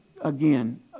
Again